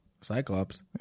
Cyclops